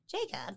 Jacob